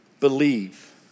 believe